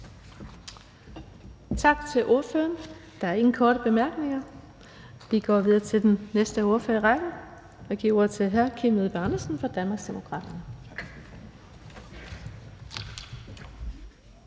Tak til ordføreren. Der er ingen korte bemærkninger. Vi går videre til den næste ordfører i rækken. Jeg giver ordet til hr. Kim Edberg Andersen fra Danmarksdemokraterne.